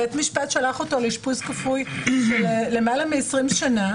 בית משפט שלח אותו לאשפוז כפוי של למעלה מ-20 שנה.